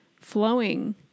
flowing